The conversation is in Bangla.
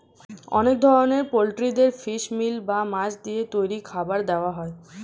অনেক ধরনের পোল্ট্রিদের ফিশ মিল বা মাছ দিয়ে তৈরি খাবার দেওয়া হয়